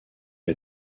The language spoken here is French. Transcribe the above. est